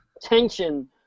tension